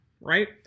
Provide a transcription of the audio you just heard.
right